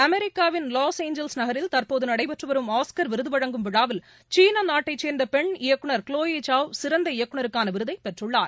அமெரிக்காவின் Los Angeles நகரில் தற்போதநடைபெற்றுவரும் ஆஸ்கர் விருதுவழங்கும் விழாவில் சேர்ந்தபெண் க்ளோயி சாவ் சீனாநாட்டைச் இயக்குநர் சிறந்த இயக்குநருக்கானவிருதைபெற்றுள்ளார்